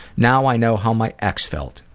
now i know how my ex felt.